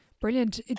Brilliant